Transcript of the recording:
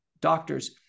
doctors